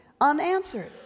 unanswered